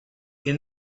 این